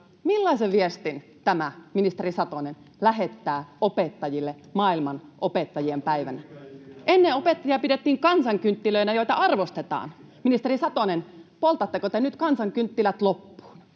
Millaisen viestin tämä, ministeri Satonen, lähettää opettajille maailman opettajien päivänä? Ennen opettajia pidettiin kansankynttilöinä, joita arvostettiin. Ministeri Satonen, poltatteko te nyt kansankynttilät loppuun?